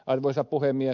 arvoisa puhemies